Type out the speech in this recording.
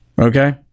Okay